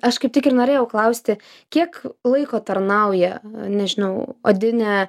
aš kaip tik ir norėjau klausti kiek laiko tarnauja nežinau odinė